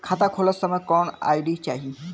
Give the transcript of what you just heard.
खाता खोलत समय कौन आई.डी चाही?